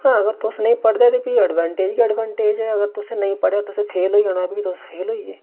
हां अगर तुस नेईं पढ़दे ते फ्ही एडवेंटेज गै एडवेंटेज ऐ अगर तुस नेईं पढ़े ते तुसें फेल होई जाना फ्ही तुस फेल होई गे